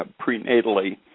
prenatally